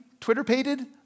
Twitter-pated